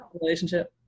relationship